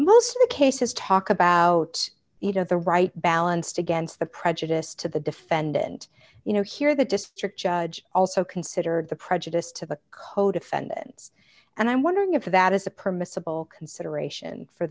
most of the cases talk about you know the right balanced against the prejudice to the defendant you know here the district judge also considered the prejudice to the co defendants and i'm wondering if that is a permissible consideration for